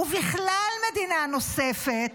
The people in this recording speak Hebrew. ובכלל מדינה נוספת,